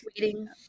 waiting